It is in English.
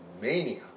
mania